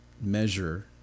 measure